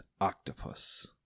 octopus